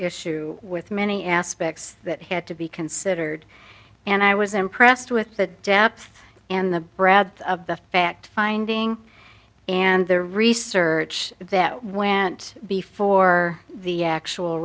issue with many aspects that had to be considered and i was impressed with the depth and the breadth of the fact finding and the research that went before the actual